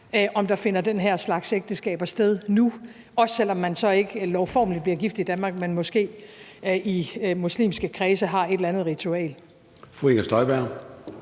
om der finder den her slags ægteskaber sted nu, også selv om man så ikke lovformeligt bliver gift i Danmark, men måske i muslimske kredse har et eller andet ritual.